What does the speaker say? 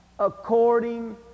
according